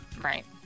Right